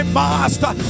master